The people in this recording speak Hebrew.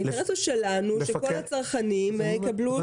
האינטרס הוא שלנו, שכל הצרכנים יקבלו שירות טוב.